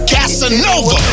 Casanova